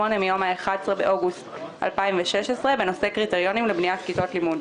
מיום 11 באוגוסט 2016 בנושא "קריטריונים לבניית כיתות לימוד".